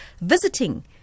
visiting